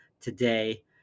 today